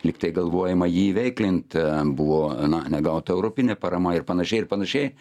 lygtai galvojama jį įveiklint buvo na negauta europinė parama ir panašiai ir panašiai